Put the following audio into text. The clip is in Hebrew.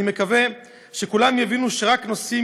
אני מקווה שכולם יבינו שרק נושאים